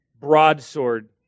broadsword